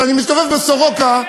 כשאני מסתובב בבית-חולים סורוקה,